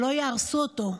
שלא יהרסו אותו,